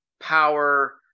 power